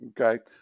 Okay